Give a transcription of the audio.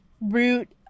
root